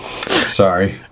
Sorry